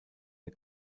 der